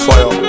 Fire